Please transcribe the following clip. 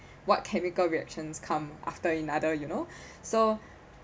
what chemical reactions come after another you know so